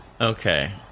Okay